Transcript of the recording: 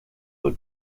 the